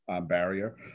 barrier